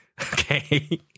Okay